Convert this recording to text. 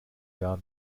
gar